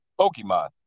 Pokemon